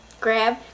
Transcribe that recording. grab